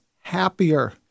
happier